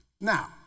Now